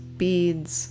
beads